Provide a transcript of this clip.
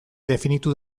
definitu